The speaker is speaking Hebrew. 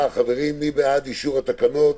מי בעד אישור התקנות?